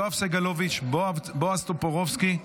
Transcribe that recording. יואב סגלוביץ', בועז טופורובסקי,